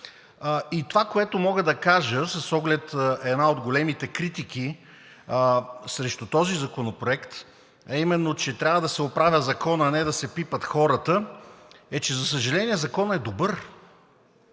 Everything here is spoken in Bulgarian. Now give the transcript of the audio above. Това, което мога да кажа с оглед една от големите критики срещу този законопроект, а именно, че трябва да се оправя Законът, а не да се пипат хората, е, че за съжаление, Законът е добър.